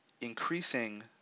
increasing